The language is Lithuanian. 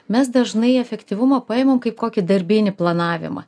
mes dažnai efektyvumą paimam kaip kokį darbinį planavimą